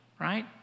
right